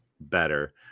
better